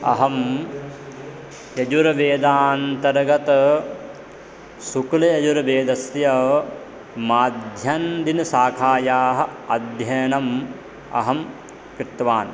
अहं यजुर्वेदान्तर्गत शुक्लयजुर्वेदस्य माध्यन्दिनशाखायाः अध्ययनम् अहं कृतवान्